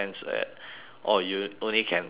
oh you only can talk